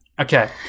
Okay